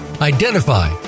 identify